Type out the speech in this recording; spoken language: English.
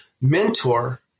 mentor